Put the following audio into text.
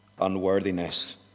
unworthiness